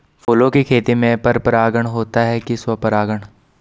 फूलों की खेती में पर परागण होता है कि स्वपरागण?